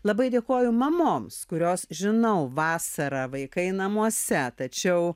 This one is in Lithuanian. labai dėkoju mamoms kurios žinau vasarą vaikai namuose tačiau